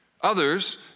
Others